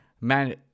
Man